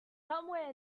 somewhere